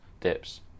dips